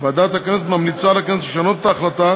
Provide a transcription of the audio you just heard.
ועדת הכנסת ממליצה לכנסת לשנות את ההחלטה